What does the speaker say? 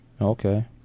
okay